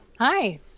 Hi